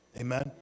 Amen